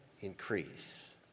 increase